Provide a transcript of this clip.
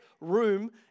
room